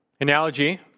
Analogy